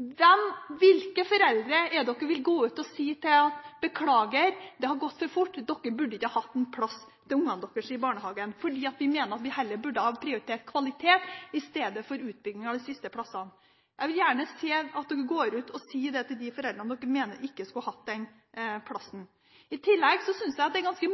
Til hvilke foreldre vil man gå ut og si beklager, det har gått for fort, dere burde ikke hatt plass til barna deres i barnehagen, for vi mener at vi heller burde ha prioritert kvalitet istedenfor utbygging av de siste plassene? Jeg vil gjerne se at opposisjonen går ut og sier dette til de foreldrene den mener ikke skulle hatt plass. I tillegg synes jeg det opposisjonen kommer med, er ganske